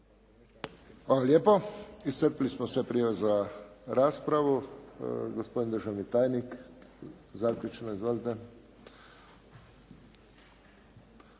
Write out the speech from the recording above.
Hvala lijepo. Iscrpili smo sve prijave za raspravu. Gospodin državni tajnik zaključno izvolite.